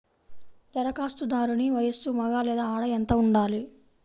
ధరఖాస్తుదారుని వయస్సు మగ లేదా ఆడ ఎంత ఉండాలి?